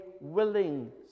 willing